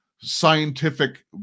scientific